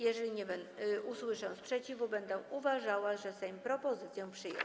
Jeżeli nie usłyszę sprzeciwu, będę uważała, że Sejm propozycje przyjął.